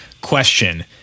Question